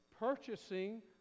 purchasing